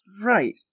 Right